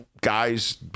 guys